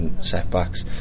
setbacks